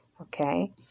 Okay